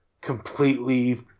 completely